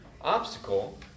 obstacle